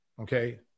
okay